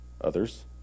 others